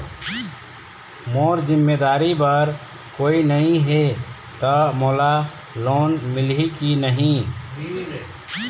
मोर जिम्मेदारी बर कोई नहीं हे त मोला लोन मिलही की नहीं?